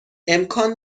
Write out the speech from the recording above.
امکان